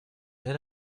let